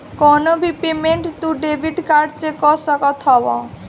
कवनो भी पेमेंट तू डेबिट कार्ड से कअ सकत हवअ